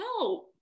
No